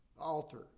altar